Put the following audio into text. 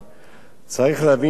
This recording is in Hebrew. צריך להבין דבר אחד: